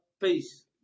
peace